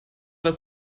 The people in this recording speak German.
das